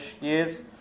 years